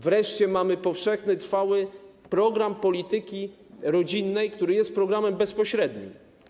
Wreszcie mamy powszechny, trwały program polityki rodzinnej, który jest programem bezpośrednim.